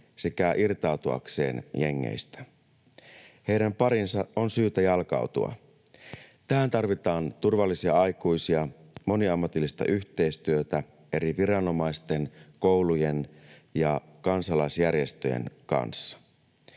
sekä irtautuakseen jengeistä. Heidän pariinsa on syytä jalkautua. Tähän tarvitaan turvallisia aikuisia, moniammatillista yhteistyötä eri viranomaisten, koulujen ja kansalaisjärjestöjen kanssa.